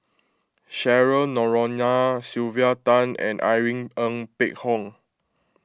Cheryl Noronha Sylvia Tan and Irene Ng Phek Hoong